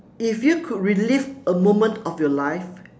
if you could relive a moment of your life